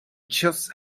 just